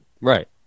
Right